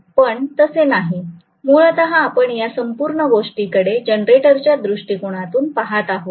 पण तसं नाही मूलतः आपण या संपूर्ण गोष्टीकडे जनरेटरच्या दृष्टीकोनातून पाहत आहोत